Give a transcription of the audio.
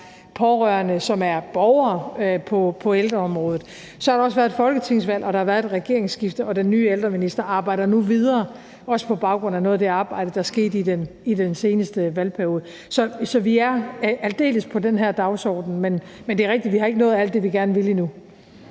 pårørende, eller som er borgere på ældreområdet. Så har der også været et folketingsvalg, og der har været et regeringsskifte, og den nye ældreminister arbejder nu videre, også på baggrund af noget af det arbejde, der skete i den seneste valgperiode. Så vi er aldeles i gang med den her dagsorden, men det er rigtigt, at vi endnu ikke har nået alt det, vi gerne vil.